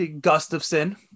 Gustafson